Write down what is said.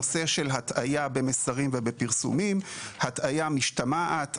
הנושא של הטעיה במסרים ובפרסומים; הטעיה משתמעת.